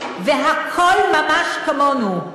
והכול ממש כמונו,